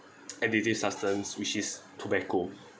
addictive substance which is tobacco